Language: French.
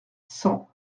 cent